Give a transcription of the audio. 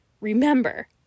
Remember